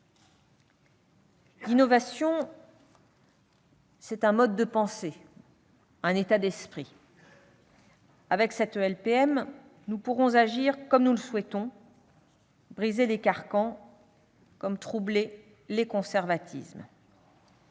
L'innovation, c'est un mode de pensée, un état d'esprit. Avec cette LPM nous pourrons agir comme nous le souhaitons, briser les carcans, troubler les conservatismes.